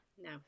no